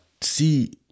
see